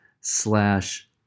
slash